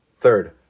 Third